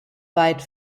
weit